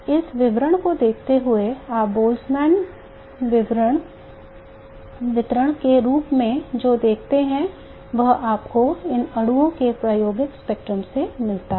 इस वितरण को देखते हुए आप बोल्ट्जमान वितरण के रूप में जो देखते हैं वह आपको इन अणुओं के प्रयोगात्मक स्पेक्ट्रम में मिलता है